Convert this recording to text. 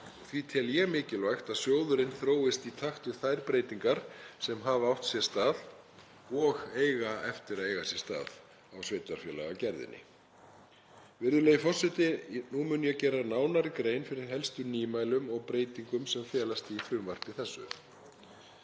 því tel ég mikilvægt að sjóðurinn þróist í takt við þær breytingar sem hafa átt sér stað og eiga eftir að eiga sér stað á sveitarfélagagerðinni. Virðulegi forseti. Nú mun ég gera nánari grein fyrir helstu nýmælum og breytingum sem felast í frumvarpi þessu.